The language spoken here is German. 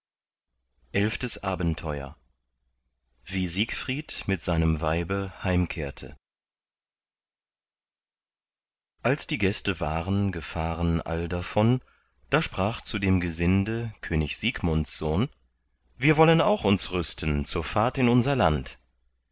elftes abenteuer wie siegfried mit seinem weibe heimkehrte als die gäste waren gefahren all davon da sprach zu dem gesinde könig siegmunds sohn wir wollen auch uns rüsten zur fahrt in unser land